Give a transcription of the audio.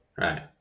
Right